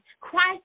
Christ